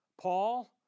Paul